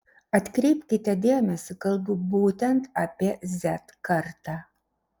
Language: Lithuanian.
atkreipkite dėmesį kalbu būtent apie z kartą